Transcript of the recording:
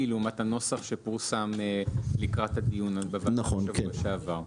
לעומת הנוסח שפורסם בדיון בשבוע שעבר.